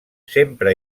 sempre